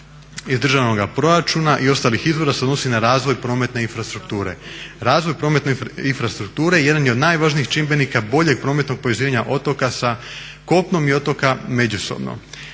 iz državnoga proračuna i ostalih izvora se odnosi na razvoj prometne infrastrukture. Razvoj prometne infrastrukture jedan je od najvažnijih čimbenika boljeg prometnog povezivanja otoka sa kopnom i otoka međusobno.